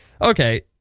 Okay